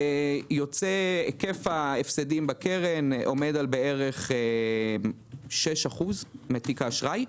היקף ההפסדים בקרן עומד על בערך 6% מתיק האשראי.